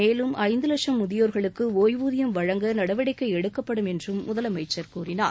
மேலும் ஐந்து லட்சும் முதியோர்களுக்கு ஓய்வூதியம் வழங்க நடவடிக்கை எடுக்கப்படும் என்று முதலமைச்சர் கூறினார்